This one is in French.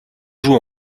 vous